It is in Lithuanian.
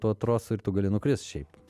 tuo trosu ir tu gali nukrist šiaip